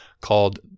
called